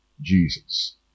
Jesus